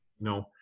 no